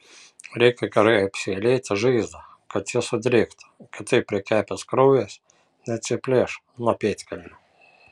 reikia gerai apseilėti žaizdą kad ji sudrėktų kitaip prikepęs kraujas neatsiplėš nuo pėdkelnių